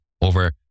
over